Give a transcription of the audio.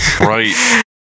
right